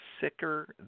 sicker